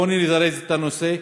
בוא נזרז את הנושא,